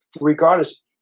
regardless